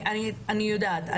אני יודעת.